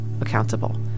accountable